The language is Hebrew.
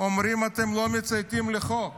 אומרים: אתם לא מצייתים לחוק.